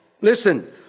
Listen